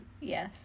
yes